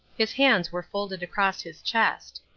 his hands were folded across his chest.